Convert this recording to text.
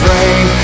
Rain